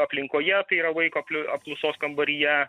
aplinkoje tai yra vaiko apklausos kambaryje